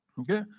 Okay